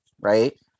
right